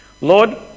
Lord